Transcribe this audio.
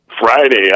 Friday